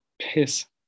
piss